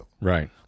right